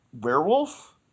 werewolf